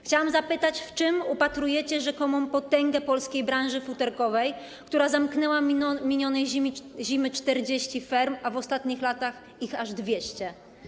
Chciałabym zapytać: W czym upatrujecie rzekomą potęgę polskiej branży futerkowej, która zamknęła minionej zimy 40 ferm, a w ostatnich latach aż 200?